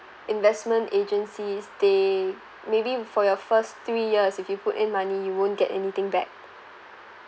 investment agencies they maybe for your first three years if you put in money you won't get anything back